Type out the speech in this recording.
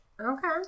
Okay